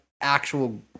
actual